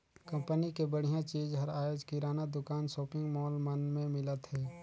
company के बड़िहा चीज हर आयज किराना दुकान, सॉपिंग मॉल मन में मिलत हे